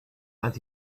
and